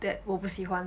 that 我不喜欢